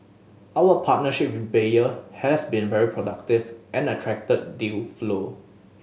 our partnership with Bayer has been very productive and attracted deal flow